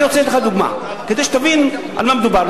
אני רוצה לתת לך דוגמה כדי שתבין על מה מדובר.